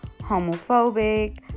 homophobic